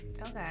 Okay